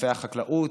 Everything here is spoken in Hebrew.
ענפי החקלאות,